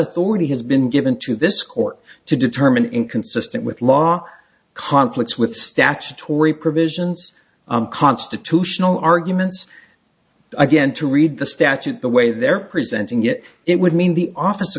authority has been given to this court to determine inconsistent with law conflicts with statutory provisions constitutional arguments again to read the statute the way they're presenting it it would mean the office